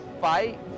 fight